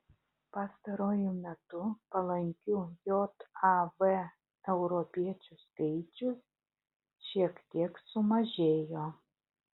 pastaruoju metu palankių jav europiečių skaičius šiek tiek sumažėjo